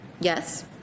Yes